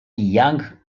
yang